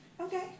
Okay